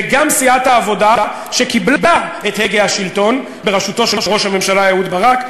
וגם סיעת העבודה שקיבלה את הגה השלטון בראשותו של ראש הממשלה אהוד ברק?